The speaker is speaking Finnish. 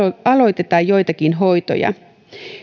aloiteta joitakin hoitoja